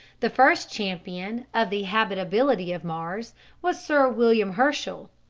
the first champion of the habitability of mars was sir william herschel,